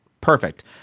Perfect